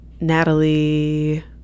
Natalie